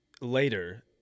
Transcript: later